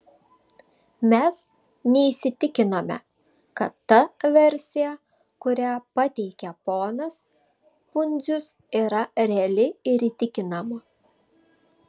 mes neįsitikinome kad ta versija kurią pateikė ponas pundzius yra reali ir įtikinama